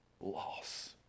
loss